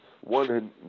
one